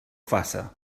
faça